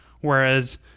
Whereas